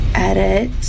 edit